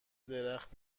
درخت